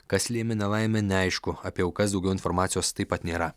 kas lėmė nelaimę neaišku apie aukas daugiau informacijos taip pat nėra